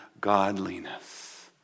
godliness